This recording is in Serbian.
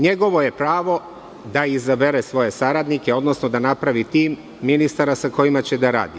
Njegovo je pravo da izabere svoje saradnike, odnosno da napravi tim ministara sa kojima će da radi.